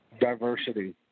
diversity